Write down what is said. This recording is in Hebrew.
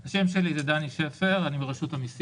אמרתי, יש את האשלג --- חמישה-שישה.